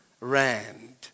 rand